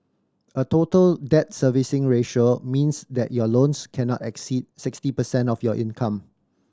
a Total Debt Servicing Ratio means that your loans cannot exceed sixty percent of your income